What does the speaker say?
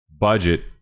budget